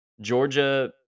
Georgia –